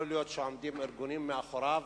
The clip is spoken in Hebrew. יכול להיות שארגונים עומדים מאחוריו,